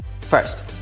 First